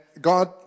God